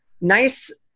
nice